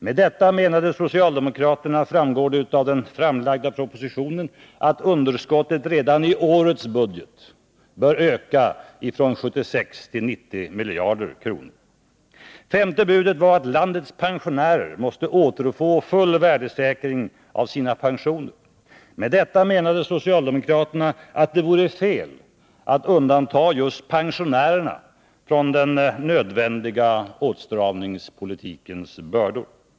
Med detta menade socialdemokraterna, framgår det av den framlagda propositionen, att underskottet redan i årets budget bör stiga från 76 till 90 miljarder. Femte budet var att landets pensionärer måste återfå full värdesäkring för sina pensioner. Med detta menade socialdemokraterna att det vore fel att undanta just pensionärerna från den nödvändiga åtstramningspolitikens bördor.